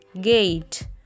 gate